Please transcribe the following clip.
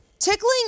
Tickling